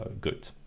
good